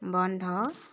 বন্ধ